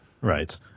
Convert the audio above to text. Right